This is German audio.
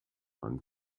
man